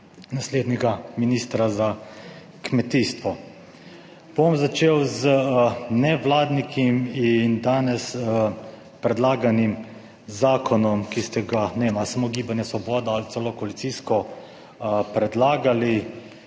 naslednjega ministra za kmetijstvo. Bom začel z nevladniki in danes predlaganim zakonom, ki ste ga ne ima samo Gibanje Svoboda ali celo koalicijsko predlagali